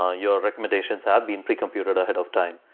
ah your recommendations are been pre-computed ahead of time.